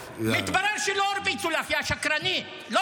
מתברר שלא הרביצו לך, יא שקרנית.